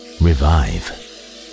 revive